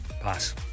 Pass